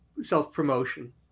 self-promotion